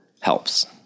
helps